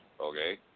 Okay